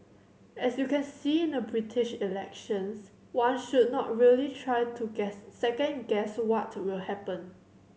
as you can see in the British elections one should not really try to guess second guess what will happen